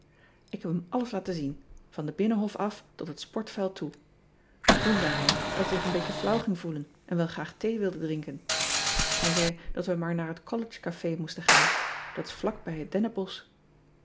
k heb hem alles laten zien van den binnenhof of tot het sportveld toe oen zei hij dat hij zich een beetje flauw ging voelen en wel graag thee wilde drinken ij zei dat we maar naar het ollege afé moesten gaan dat is vlak bij het dennenbosch